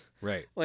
Right